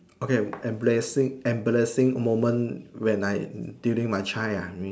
okay embarrassing embarrassing moment when I during my chair ah